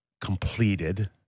completed